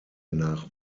nach